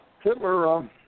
Hitler